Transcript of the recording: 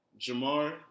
Jamar